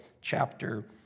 chapter